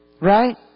Right